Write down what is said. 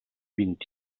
vint